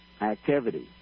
activity